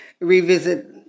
revisit